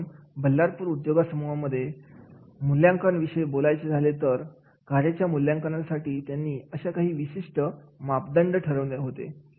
तर म्हणून बल्लारपूर उद्योगसमुहा मधील मूल्यांकन विषयी बोलायचे झाले तर कार्याच्या मूल्यांकनासाठी त्यांनी अशी काही विशिष्ट मापदंड ठरवले होते